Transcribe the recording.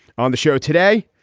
on the show today,